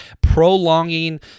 prolonging